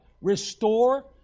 Restore